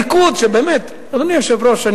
אדוני היושב-ראש,